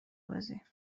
بازی